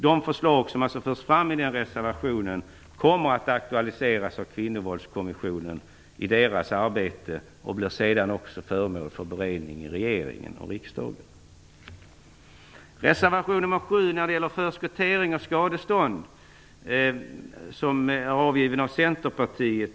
De förslag som förs fram i den reservationen kommer att aktualiseras av kommissionen i dess arbete och blir sedan också föremål för beredning av regeringen och riksdagen. Reservation nr 7, som gäller förskottering av skadestånd, är avgiven av Centerpartiet.